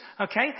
okay